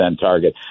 target